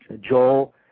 Joel